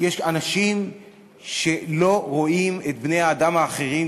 שיש אנשים שלא רואים את בני-האדם האחרים